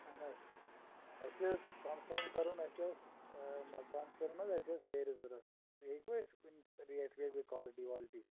اہَن حظ اَسہِ ٲس کَنفٲرٕم کَرُن اَسہِ ٲس مَکان شہیرُن حظ اَسہِ ٲس سیرِ ضروٗرت تُہۍ ہیٚکوٕ اَسہِ ؤنِتھ ریٹ بیٚیہِ کالِٹی والِٹی